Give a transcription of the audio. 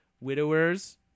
widowers